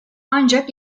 ancak